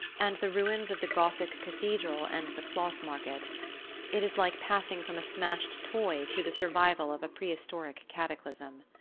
and the ruins of the gothic cathedral and the cloth market it is like passing from a smashed toy to the survival of a prehistoric cataclysm.